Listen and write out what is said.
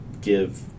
give